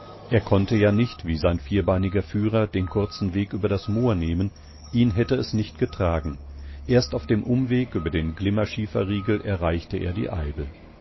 er konnte ja nicht wie sein vierbeiniger führer den kurzen weg über das moor nehmen ihn hätte es nicht getragen erst auf dem umweg über den glimmerschieferriegel erreichte er die eibe